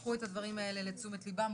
ייקחו את הדברים האלה לתשומת ליבם.